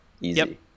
easy